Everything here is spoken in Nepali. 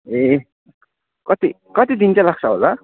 ए कति कति दिन चाहिँ लाग्छ होला